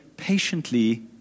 Patiently